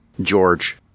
George